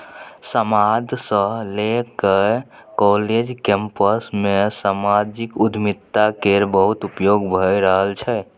समाद सँ लए कए काँलेज कैंपस मे समाजिक उद्यमिता केर बहुत उपयोग भए रहल छै